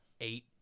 eight